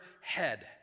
head